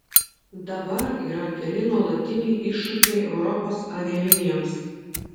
dabar yra keli nuolatiniai iššūkiai europos avialinijoms